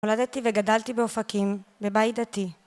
נולדתי וגדלתי באופקים בבית דתי.